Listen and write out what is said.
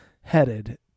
headed